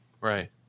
Right